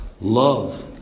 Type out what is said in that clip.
Love